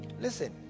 Listen